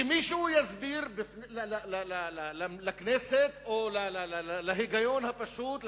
שמישהו יסביר לכנסת או להיגיון הפשוט,